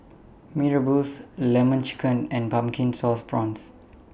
Mee Rebus Lemon Chicken and Pumpkin Sauce Prawns